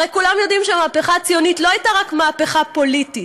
הרי כולם יודעים שהמהפכה הציונית לא הייתה רק מהפכה פוליטית,